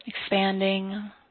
expanding